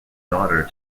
daughter